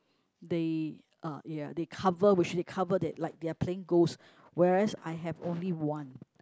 they uh ya they cover which they covered it like they are playing ghost whereas I have only one